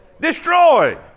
Destroy